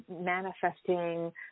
manifesting